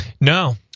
No